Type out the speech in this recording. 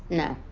yeah.